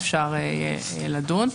אפשר לדון.